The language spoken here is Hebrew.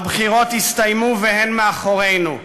הבחירות הסתיימו והן מאחורינו.